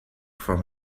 from